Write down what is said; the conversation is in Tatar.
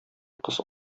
кыз